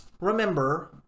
remember